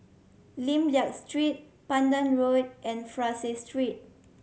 Lim Liak Street Pandan Road and Fraser Street